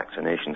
vaccinations